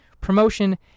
promotion